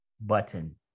button